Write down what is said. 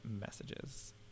messages